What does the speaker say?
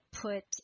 put